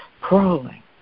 crawling